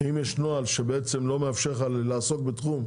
האם יש נוהל שבעצם לא מאפשר לך לעסוק בתחום,